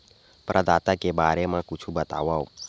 प्रदाता के बारे मा कुछु बतावव?